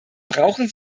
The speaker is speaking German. brauchen